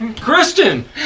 Kristen